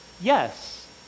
yes